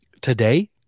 Today